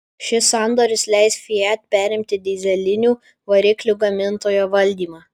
šis sandoris leis fiat perimti dyzelinių variklių gamintojo valdymą